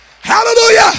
Hallelujah